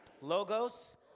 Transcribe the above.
logos